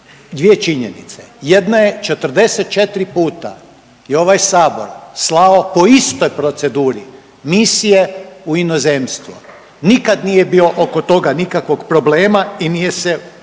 2 činjenice. Jedna je 44 puta je ovaj Sabor slao po istoj proceduri misije u inozemstvo. Nikad nije bio oko toga nikakvog problema i nije se